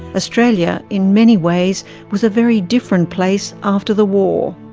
australia in many ways was a very different place after the war.